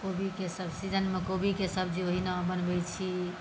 कोबीके सीजनमे कोबीके सब्जी ओहिना बनबैत छी